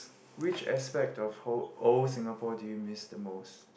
which aspect of whole old Singapore do you miss the most